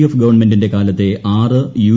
F ഗവൺമെന്റിന്റെ കാലത്തെ ആറ് യു